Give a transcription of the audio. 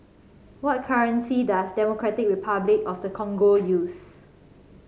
what currency does Democratic Republic of the Congo use